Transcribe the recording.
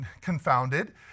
confounded